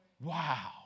Wow